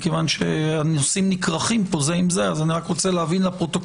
מכיוון שהנושאים נכרכים פה זה עם זה אז אני רק רוצה להבין לפרוטוקול.